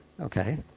Okay